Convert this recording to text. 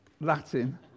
Latin